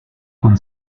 con